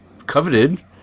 coveted